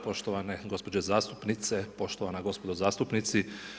Poštovane gospođe zastupnice, poštovana gospodo zastupnici.